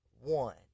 one